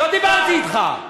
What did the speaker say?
לא דיברתי אתך.